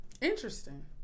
Interesting